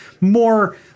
more